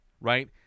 right